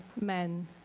men